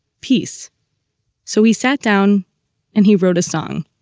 peace so he sat down and he wrote a song.